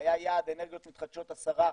שהיה יעד אנרגיות מתחדשות 10%,